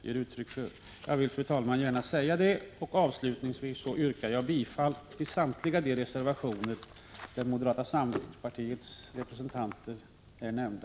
Jag har, fru talman, gärna velat säga detta och yrkar bifall till samtliga reservationer där moderata samlingspartiets representanter är nämnda.